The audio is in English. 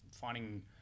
finding